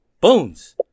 bones